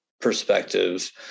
perspective